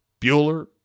Bueller